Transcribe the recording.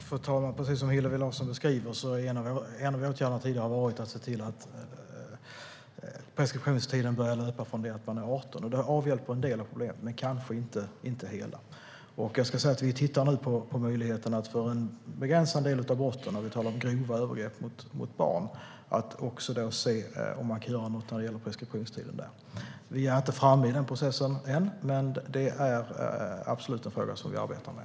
Fru talman! Precis som Hillevi Larsson beskriver har en av åtgärderna tidigare varit att se till att preskriptionstiden börjar löpa från det att man är 18 år. Det avhjälper en del av problemet, men kanske inte hela. Vi tittar nu på möjligheten att för en begränsad del av brotten när det gäller grova övergrepp mot barn se om man kan göra något när det gäller preskriptionstiden. Vi är inte framme i den processen än, men det är absolut en fråga vi arbetar med.